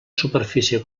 superfície